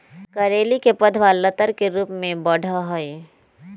करेली के पौधवा लतर के रूप में बढ़ा हई